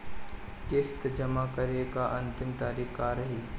किस्त जमा करे के अंतिम तारीख का रही?